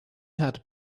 had